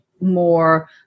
more